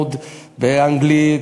לימודי אנגלית,